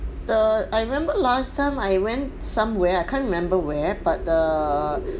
err I remember last time I went somewhere I can't remember where but the